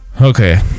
Okay